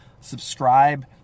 subscribe